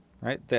right